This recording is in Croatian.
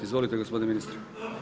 Izvolite gospodine ministre.